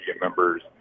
members